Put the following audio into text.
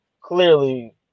clearly